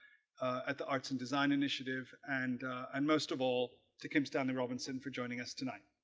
at the arts and design initiative and and most of all to kim stanley robinson for joining us tonight.